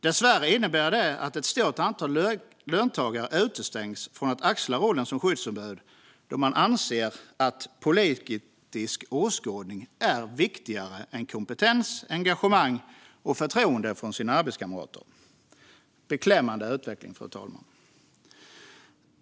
Dessvärre innebär det att ett stort antal löntagare utestängs från att axla rollen som skyddsombud då man anser att politisk åskådning är viktigare än kompetens, engagemang och förtroende från arbetskamraterna. Det är en beklämmande utveckling, fru talman.